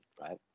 right